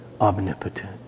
Omnipotent